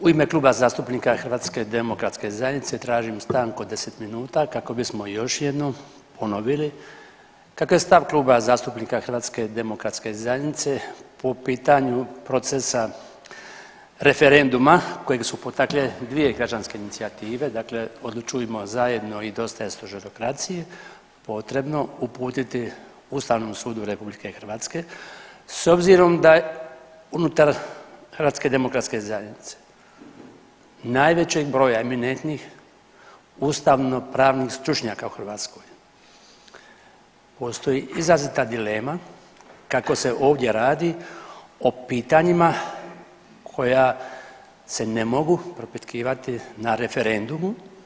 U ime Kluba zastupnika HDZ-a tražim stanku od 10 minuta kako bismo još jednom ponovili kako je stav Kluba zastupnika HDZ-a u pitanju procesa referenduma kojega su potakle dvije građanske inicijative, dakle „Odlučujmo zajedno“ i „Dosta je stožerokracije“ potrebno uputiti Ustavnom sudu RH s obzirom da unutar HDZ-a najvećeg broja eminentnih ustavno pravnih stručnjaka u Hrvatskoj postoji izrazita dilema kako se ovdje radi o pitanjima koja se ne mogu propitkivati na referendumu.